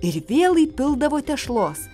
ir vėl įpildavo tešlos